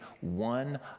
one